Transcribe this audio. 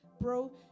bro